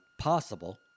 possible